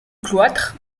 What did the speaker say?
cloître